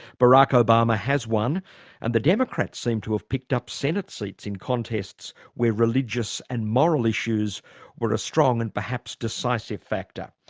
barack obama has won and the democrats seem to have picked up senate seats in contests where religious and moral issues were a strong and perhaps decisive factor.